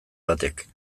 batek